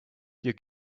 your